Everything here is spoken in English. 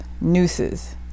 nooses